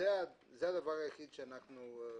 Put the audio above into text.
זה הדבר היחיד שאנחנו בודקים.